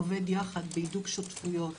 עובד יחד בהידוק שותפויות